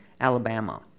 Alabama